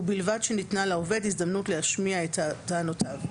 ובלבד שניתנה לעובד הזדמנות להשמיע את טענותיו.